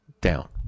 down